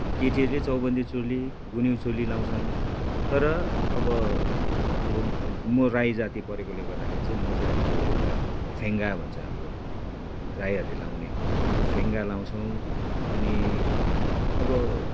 केटीहरूले चौबन्दी चोली गुन्यु चोली लाउँछन् तर अब म राई जाति परेकोले गर्दाखेरि चाहिँ म चाहिँ अब त्यो एउटा फेङ्गा भन्छ हाम्रो राईहरूले लाउने त्यो फेङ्गा लाउँछौँ अनि अब